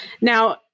Now